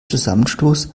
zusammenstoß